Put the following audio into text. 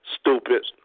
Stupid